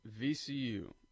VCU